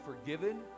forgiven